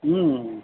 હમ્મ